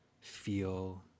feel